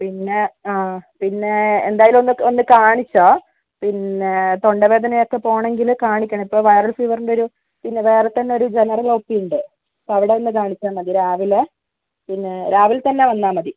പിന്നെ ആ പിന്നെ എന്തായാലും ഒന്ന് ഒന്നു കാണിച്ചോളു പിന്നെ തൊണ്ടവേദനയൊക്കെ പോണെങ്കിൽ കാണിക്കണം ഇപ്പോൾ വൈറൽ ഫീവറിൻ്റെയൊരു പിന്നെ വേറെത്തന്നെ ഒരു ജനറൽ ഓ പിയുണ്ട് അപ്പം അവിടെ ഒന്നു കാണിച്ചാൽ മതി രാവിലെ പിന്നെ രാവിലെ തന്നെ വന്നാൽ മതി